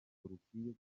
rukwiye